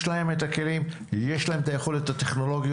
יש להם הכלים, יש להם היכולות הטכנולוגיות.